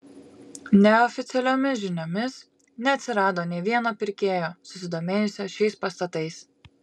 neoficialiomis žiniomis neatsirado nė vieno pirkėjo susidomėjusio šiais pastatais